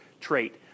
trait